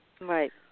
Right